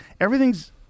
everything's